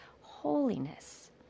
holiness